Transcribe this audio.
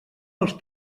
els